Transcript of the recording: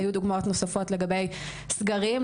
היו דוגמאות נוספות לגבי סגרים,